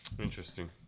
Interesting